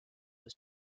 was